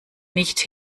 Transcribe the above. nicht